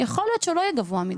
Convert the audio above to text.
יכול להיות שהוא לא יהיה גבוה מידי,